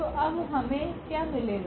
तो अब हमें क्या मिलेगा